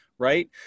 Right